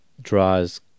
draws